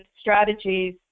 strategies